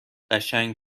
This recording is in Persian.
قشنگ